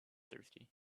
thirsty